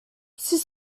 six